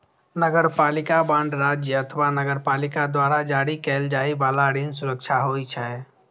नगरपालिका बांड राज्य अथवा नगरपालिका द्वारा जारी कैल जाइ बला ऋण सुरक्षा होइ छै